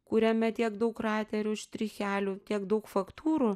kuriame tiek daug kraterių štrichelių tiek daug faktūrų